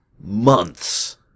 months